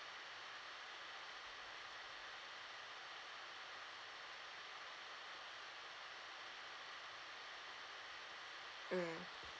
mm